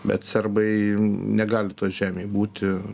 bet serbai negali toj žemėj būti